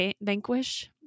vanquish